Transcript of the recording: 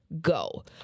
go